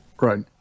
right